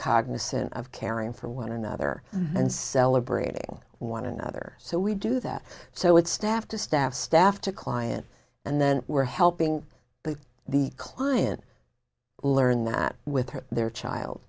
cognisant of caring for one another and celebrating one another so we do that so it's staff to staff staff to client and then we're helping the client learn that with their child